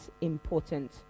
important